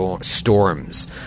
storms